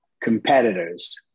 competitors